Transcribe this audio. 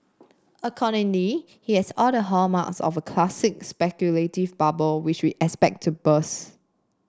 accordingly it has all the hallmarks of a classic speculative bubble which we expect to burst